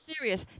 serious